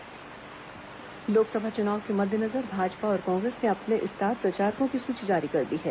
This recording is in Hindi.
स्टार प्रचारक लोकसभा चुनाव के मद्देनजर भाजपा और कांग्रेस ने अपने स्टार प्रचारकों की सूची जारी कर दी है